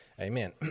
amen